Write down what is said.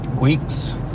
weeks